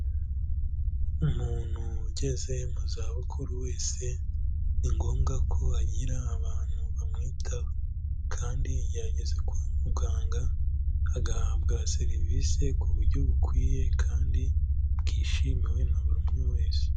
Umuntu ugeze mu zabukuru wese ni ngombwa ko agira abantu bamwitaho. Kandi igihe ageze kwa muganga agahabwa serivisi ku buryo bukwiye kandi bwishimiwe na buri umwe wese.